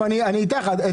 זאת